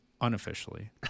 Unofficially